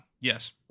Yes